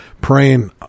praying